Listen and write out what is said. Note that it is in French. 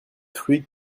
fruits